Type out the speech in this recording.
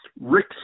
Rick